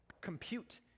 compute